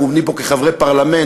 אנחנו עומדים פה חברי פרלמנט,